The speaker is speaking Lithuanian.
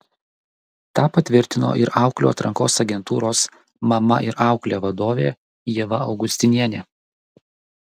tą patvirtino ir auklių atrankos agentūros mama ir auklė vadovė ieva augustinienė